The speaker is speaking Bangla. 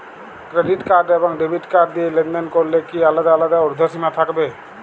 ক্রেডিট কার্ড এবং ডেবিট কার্ড দিয়ে লেনদেন করলে কি আলাদা আলাদা ঊর্ধ্বসীমা থাকবে?